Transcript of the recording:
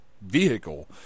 vehicle